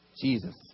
Jesus